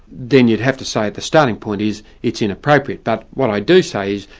then you'd have to say the starting point is, it's inappropriate. but what i do say is,